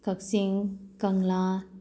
ꯀꯥꯛꯆꯤꯡ ꯀꯪꯂꯥ